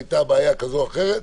הייתה בעיה כזאת או אחרת.